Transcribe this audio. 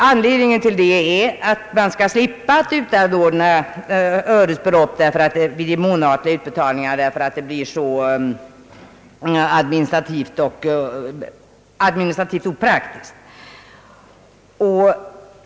Anledningen är att man skall slippa utanordna öresbelopp vid de månatliga utbetalningarna, därför att detta är administrativt opraktiskt.